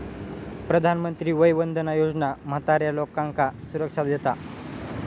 प्रधानमंत्री वय वंदना योजना म्हाताऱ्या लोकांका सुरक्षा देता